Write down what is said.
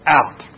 out